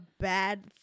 bad